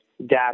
data